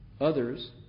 others